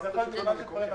של דברים.